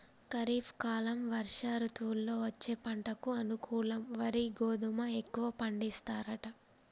ఖరీఫ్ కాలం వర్ష ఋతువుల్లో వచ్చే పంటకు అనుకూలం వరి గోధుమ ఎక్కువ పండిస్తారట